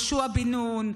יהושע בן נון,